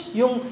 yung